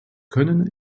können